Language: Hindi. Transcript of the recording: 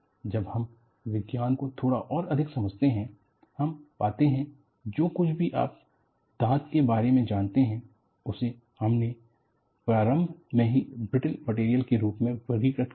जब हम विज्ञान को थोड़ा और अधिक समझते हैं हम पाते हैं जो कुछ भी आप दाँत के बारे मे जानते हैं उसे हमने प्रारंभ मे ही ब्रिटल मटेरियल के रूप मे वर्गीकृत किया है